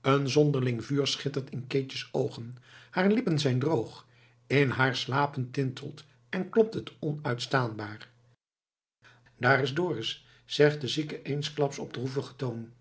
een zonderling vuur schittert in keetjes oogen haar lippen zijn droog in haar slapen tintelt en klopt het onuitstaanbaar daar is dorus zegt de zieke eensklaps op droevigen toon